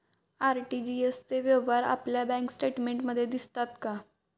RTGS चे व्यवहार आपल्या बँक स्टेटमेंटमध्ये दिसतात का?